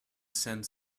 send